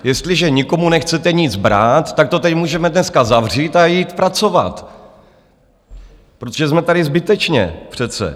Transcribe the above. Jestliže nikomu nechcete nic brát, tak to tady můžeme dneska zavřít a jít pracovat, protože jsme tady zbytečně přece.